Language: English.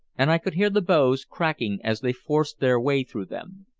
and i could hear the boughs cracking as they forced their way through them.